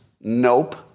Nope